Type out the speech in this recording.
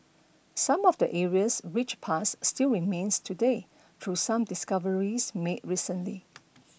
some of the area's rich past still remains today through some discoveries made recently